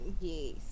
Yes